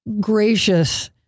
gracious